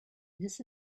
this